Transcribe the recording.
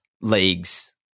leagues